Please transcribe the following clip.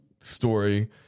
story